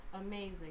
amazing